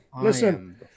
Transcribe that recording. listen